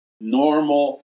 normal